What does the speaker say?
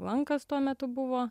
lankas tuo metu buvo